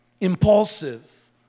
impulsive